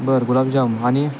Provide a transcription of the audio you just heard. बरं गुलाबजाम आणि